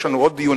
יש לנו עוד דיון,